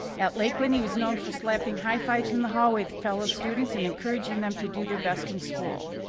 at lakeland, he was known for slapping high fives in the hallway with fellow students, and encouraging them to do their best in school.